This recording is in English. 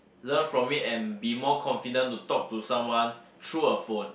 learn from it and be more confident to talk to someone through a phone